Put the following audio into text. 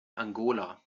angola